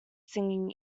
singing